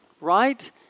Right